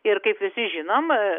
ir kaip visi žinom